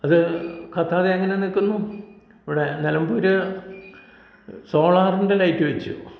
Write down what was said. അത് കത്താതെ അങ്ങനെ നിൽക്കുന്നു ഇവിടെ നിലമ്പൂർ സോളാറിന്റെ ലൈറ്റ് വെച്ചു